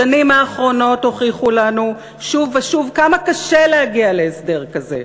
השנים האחרונות הוכיחו לנו שוב ושוב כמה קשה להגיע להסדר כזה,